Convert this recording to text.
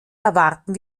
erwarten